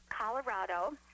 Colorado